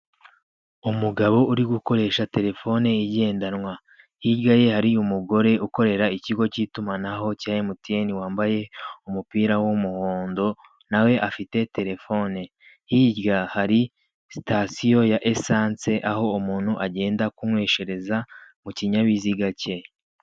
Umugabo uri gukoresha telefone igendanwa. Hirya ye hari umugore ukorera ikigo cy'itumanaho cya mtn wambaye umupira w'umuhondo nawe afite telefone. Hirya hari sitasiyo ya esance aho umuntu agenda kunyweshereza ikinyabiziga cye.